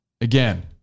Again